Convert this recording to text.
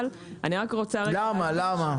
למה?